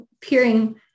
peering